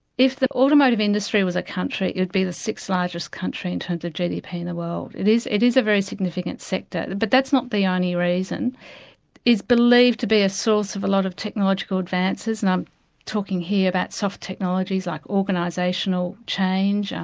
if the automotive industry was a country, it would be the sixth largest country in terms of gdp in the world. it is it is a very significant sector. but that's not the only reason. it is believed to be a source of a lot of technological advances and i'm talking here about soft technologies, like organisational change,